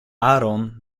aron